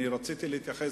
אני רציתי להתייחס,